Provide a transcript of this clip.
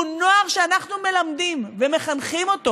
הוא נוער שאנחנו מלמדים ומחנכים אותו